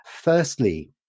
Firstly